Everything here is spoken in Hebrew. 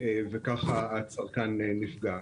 וכך הצרכן נפגע.